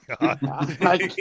god